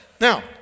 Now